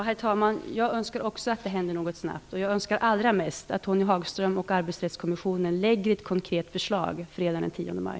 Herr talman! Jag önskar också att något händer snabbt. Allra mest önskar jag att Tony Hagström och Arbetsrättskommissionen lägger fram ett konkret förslag fredag den 10 maj.